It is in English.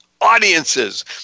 audiences